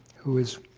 who is